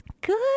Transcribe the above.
Good